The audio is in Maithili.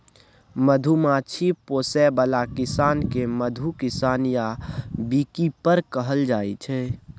मधुमाछी पोसय बला किसान केँ मधु किसान या बीकीपर कहल जाइ छै